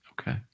Okay